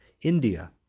india,